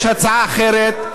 יש הצעה אחרת,